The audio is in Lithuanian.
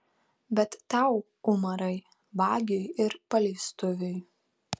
bet tau umarai vagiui ir paleistuviui